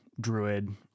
druid